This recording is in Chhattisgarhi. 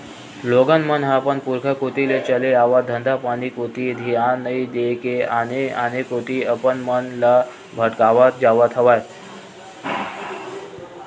लोगन मन ह अपन पुरुखा कोती ले चले आवत धंधापानी कोती धियान नइ देय के आने आने कोती अपन मन ल भटकावत जावत हवय